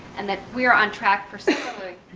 and that we're on track